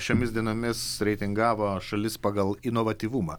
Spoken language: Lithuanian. šiomis dienomis reitingavo šalis pagal inovatyvumą